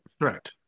Right